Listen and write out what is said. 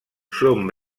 són